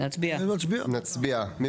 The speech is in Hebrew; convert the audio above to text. מי